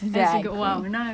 exactly